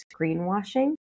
greenwashing